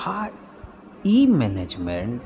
आ ई मैनेजमेन्ट